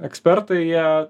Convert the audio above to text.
ekspertai jie